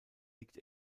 liegt